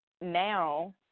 now